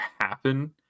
happen